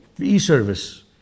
e-service